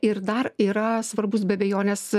ir dar yra svarbus be abejonės